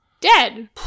Dead